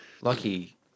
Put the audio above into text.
Lucky